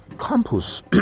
Campus